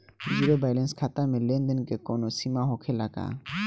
Zero balance खाता में लेन देन के कवनो सीमा होखे ला का?